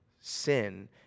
sin